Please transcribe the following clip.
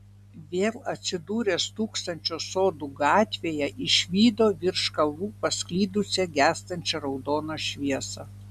vėl atsidūręs tūkstančio sodų gatvėje išvydo virš kalvų pasklidusią gęstančią raudoną šviesą